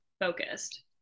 focused